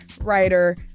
writer